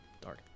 Dark